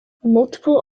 multiple